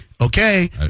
okay